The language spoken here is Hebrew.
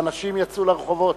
ואנשים יצאו לרחובות.